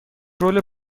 رول